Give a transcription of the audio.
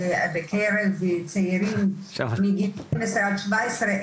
בקרב צעירים מגיל 12-17,